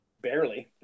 Barely